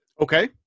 Okay